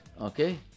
Okay